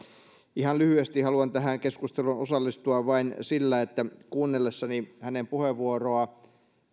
ihan lyhyesti haluan tähän keskusteluun osallistua vain sillä että kuunnellessani hänen puheenvuoroa